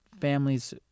families